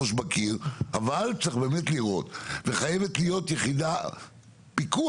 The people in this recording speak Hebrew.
הראש בקיר אבל צריך באמת לראות וחייבת להיות יחידת פיקוח.